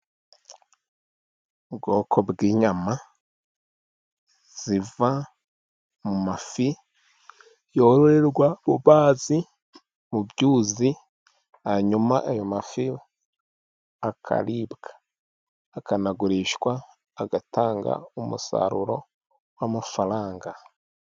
Ubwoko bw'inyama ziva mu mafi yororerwa mu mazi, mu byuzi, hanyuma ayo mafi akaribwa akanagurishwa, agatanga umusaruro w'amafaranga.